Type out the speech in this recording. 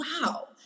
wow